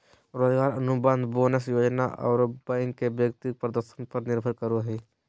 रोजगार अनुबंध, बोनस योजना आरो बैंक के व्यक्ति के प्रदर्शन पर निर्भर करो हइ